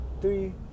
Three